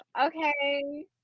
Okay